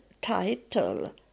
title